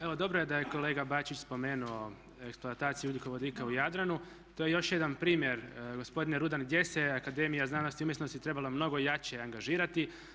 Evo dobro je da je kolega Bačić spomenuo eksploataciju ugljikovodika u Jadranu, to je još jedan primjer gospodine Rudan gdje se je akademija znanosti i umjetnosti trebala mnogo jače angažirati.